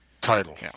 title